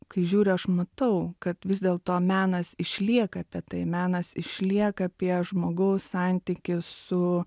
kai žiūriu aš matau kad vis dėl to menas išlieka apie tai menas išlieka apie žmogaus santykį su